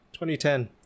2010